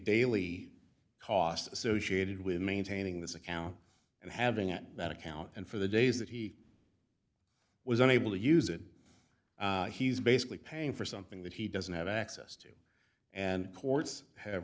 daily cost associated with maintaining this account and having it that account and for the days that he was unable to use it he's basically paying for something that he doesn't have access to and courts have